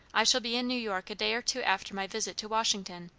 i shall be in new york a day or two after my visit to washington,